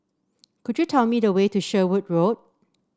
could you tell me the way to Sherwood Road